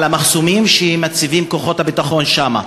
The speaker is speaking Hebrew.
על המחסומים שמציבים כוחות הביטחון שם,